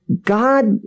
God